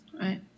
right